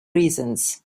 reasons